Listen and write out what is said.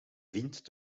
vind